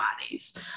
bodies